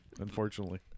unfortunately